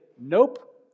nope